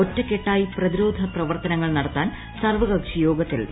ഒറ്റക്കെട്ടായി പ്രതിരോധ പ്രവർത്തനങ്ങൾ നടത്താൻ സർവകക്ഷി യോഗത്തിൽ ധാരണ